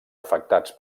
afectats